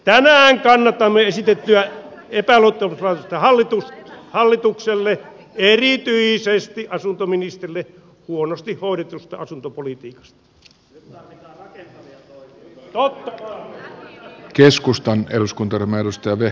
tänään kannatamme esitettyä epäluottamuslausetta hallitukselle erityisesti asuntoministerille huonosti hoidetusta asuntopolitiikasta